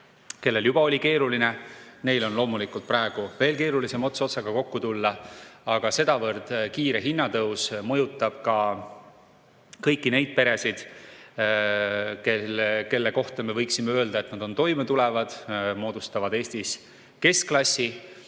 kellel juba oli keeruline, on loomulikult praegu veel keerulisem ots otsaga kokku tulla. Sedavõrd kiire hinnatõus mõjutab ka kõiki neid peresid, kelle kohta me võiksime öelda, et nad on toimetulevad, moodustavad Eestis keskklassi,